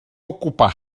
ocupar